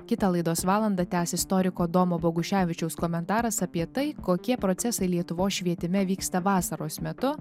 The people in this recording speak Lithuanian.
kitą laidos valandą tęs istoriko domo boguševičiaus komentaras apie tai kokie procesai lietuvos švietime vyksta vasaros metu